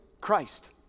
Christ